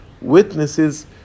witnesses